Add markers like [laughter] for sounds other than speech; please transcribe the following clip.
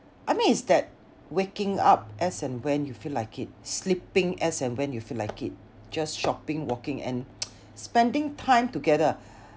I mean it's that waking up as and when you feel like it sleeping as and when you feel like it just shopping walking and [noise] spending time together